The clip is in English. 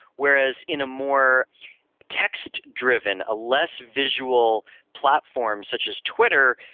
whereas in a more text driven, a less visual platform, such as twitter,